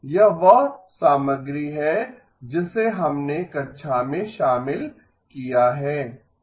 यह वह सामग्री है जिसे हमने कक्षा में शामिल किया है